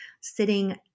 sitting